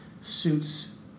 suits